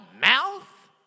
mouth